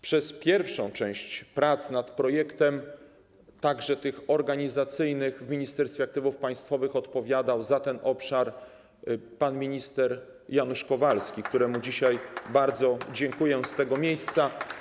Przez pierwszą część prac nad projektem, także tych organizacyjnych, w Ministerstwie Aktywów Państwowych odpowiadał za ten obszar pan minister Janusz Kowalski, któremu dzisiaj bardzo dziękuję z tego miejsca.